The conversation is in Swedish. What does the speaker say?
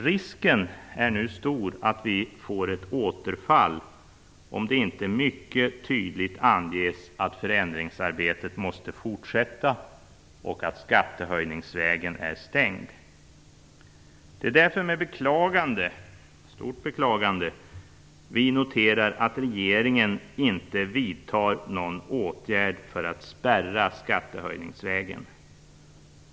Risken är nu stor att vi får ett återfall, om det inte mycket tydligt anges att förändringsarbetet måste fortsätta och att skattehöjningsvägen är stängd. Det är därför med stort beklagande vi noterar att regeringen inte vidtar någon åtgärd för att spärra skattehöjningsvägen.